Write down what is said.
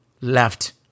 left